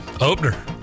Opener